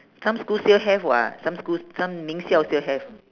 some school still have [what] some school st~ some 名校：ming xiao still have